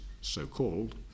so-called